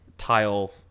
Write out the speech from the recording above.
tile